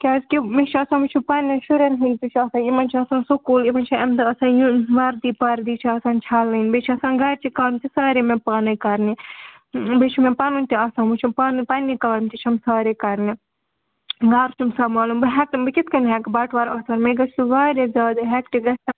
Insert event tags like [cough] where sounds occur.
کیٛازِ کہِ مےٚ چھُ آسان وٕچھُن پنٛنٮ۪ن شُرٮ۪ن ہُنٛد تہِ چھُ آسان یِمَن چھِ آسان سکوٗل یِمَن چھِ اَمہِ دۄہ آسان یہِ حظ وردی پردی چھِ آسان چھَلٕنۍ بیٚیہِ چھِ آسان گَرِچہِ کامچہِ سارے مےٚ پانَے کَرنہِ بیٚیہِ چھُ مےٚ پَنُن تہِ آسان وٕچھُن پَنُن پَنٛنہِ کامہِ تہِ چھَم سارے کَرنہِ گَرٕ چھُم سنٛبالُن بہٕ ہٮ۪کنہٕ بہٕ کِتھ کَنۍ ہٮ۪کہٕ بٹوار آتھوار مےٚ گژھِ سُہ واریاہ زیادٕ ہٮ۪کٹِک [unintelligible]